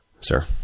sir